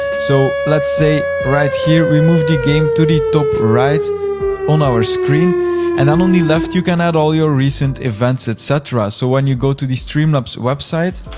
so, let's say, right here, we move the game to the top-right on our screen and then on the left, you can add all your recent events, et cetera. so when you go to the streamlabs website,